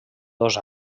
dos